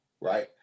Right